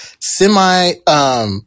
semi